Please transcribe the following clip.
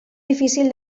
difícil